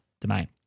domain